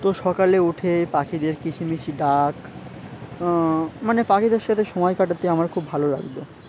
তো সকালে উঠে পাখিদের কিচিরমিচির ডাক মানে পাখিদের সাথে সময় কাটাতে আমার খুব ভালো লাগত